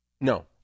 No